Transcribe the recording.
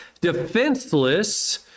defenseless